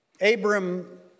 Abram